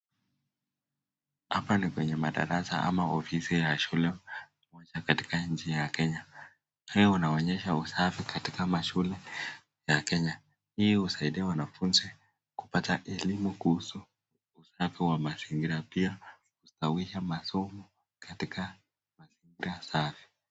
Hapa ni kwenye madarasa ama ofisi ya shule moja katika nchi ya Kenya. Hii unaonyesha usafi katika mashule ya Kenya. Hii husaidia wanafunzi kupata elimu kuhusu usafi wa mazingira pia kustawisha masomo katika mazingira safi.